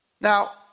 Now